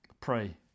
Pray